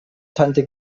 tante